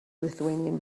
lithuanian